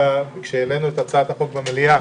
כשהבאנו את הצעת החוק במליאה